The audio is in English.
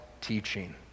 teaching